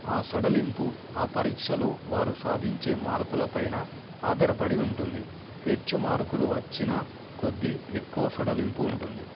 ఆ సడలింపు ఆ పరీక్షలో వారు సాధించే మార్కుల పైన ఆధారపడి ఉంటుంది హెచ్చు మార్కులు వచ్చిన కొద్దీ ఎక్కువ సడలింపు ఉంటుంది